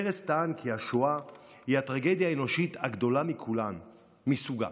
פרס טען כי השואה היא הטרגדיה האנושית הגדולה מכולן מסוגה,